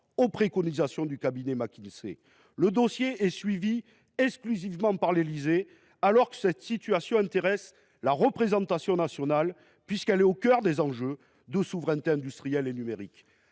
aux préconisations du cabinet McKinsey. Le dossier est suivi exclusivement par l’Élysée, alors qu’il intéresse la représentation nationale puisqu’il est au cœur des enjeux de souveraineté industrielle et numérique.